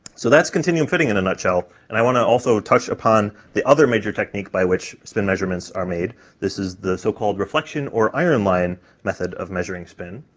so that's continuum fitting in a nutshell, and i want to also touch upon the other major technique by which spin measurements are made this is the so-called reflection or iron line method of measuring spin.